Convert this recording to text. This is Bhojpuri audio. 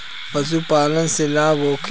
पशु पालन से लाभ होखे?